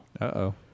Uh-oh